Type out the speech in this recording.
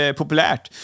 populärt